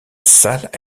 salle